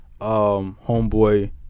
Homeboy